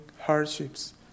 hardships